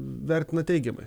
vertina teigiamai